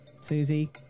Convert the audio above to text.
Susie